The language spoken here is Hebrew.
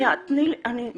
שנייה, תני לי --- מי?